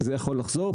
זה יכול לחזור.